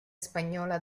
spagnola